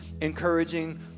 encouraging